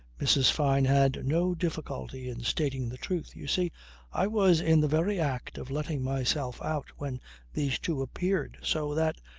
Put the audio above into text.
mrs. fyne had no difficulty in stating the truth. you see i was in the very act of letting myself out when these two appeared. so that,